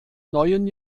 neuen